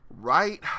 Right